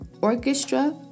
orchestra